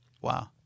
wow